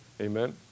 Amen